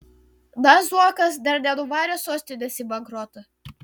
na zuokas dar nenuvarė sostinės į bankrotą